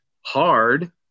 hard